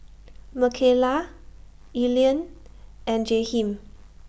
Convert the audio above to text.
Makayla Aline and Jaheem